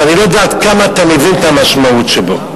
שאני לא יודע עד כמה אתה מבין את המשמעות שבו,